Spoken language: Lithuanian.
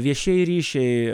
viešieji ryšiai